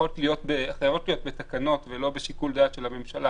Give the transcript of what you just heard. צריכות להיות בתקנות ולא בשיקול דעת של הממשלה.